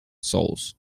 souls